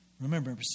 Remember